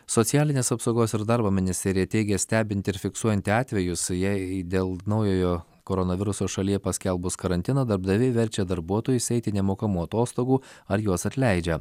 socialinės apsaugos ir darbo ministerija teigia stebinti ir fiksuojanti atvejus jei dėl naujojo koronaviruso šalyje paskelbus karantiną darbdaviai verčia darbuotojus eiti nemokamų atostogų ar juos atleidžia